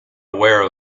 aware